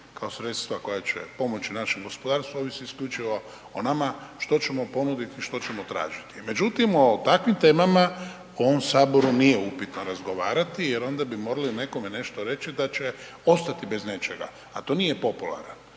kao sredstva koja će pomoći našem gospodarstvu ovisi isključivo o nama, što ćemo ponuditi, što ćemo tražiti. Međutim, o takvim temama u ovom saboru nije upitno razgovarati jer onda bi morali nekome nešto reći da će ostati bez nečega, a to nije popularno.